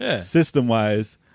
System-wise